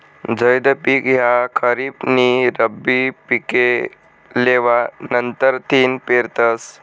झैद पिक ह्या खरीप नी रब्बी पिके लेवा नंतरथिन पेरतस